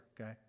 okay